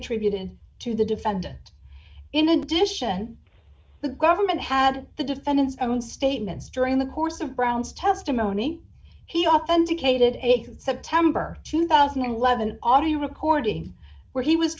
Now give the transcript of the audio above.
attributed to the defendant in addition the government had the defendant's own statements during the course of brown's testimony he authenticated a september two thousand and eleven audio recording where he was